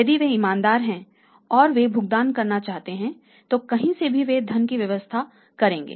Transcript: यदि वे ईमानदार हैं और वे भुगतान करना चाहते हैं तो कहीं से भी वे धन की व्यवस्था करेंगे